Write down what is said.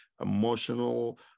Emotional